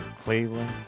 cleveland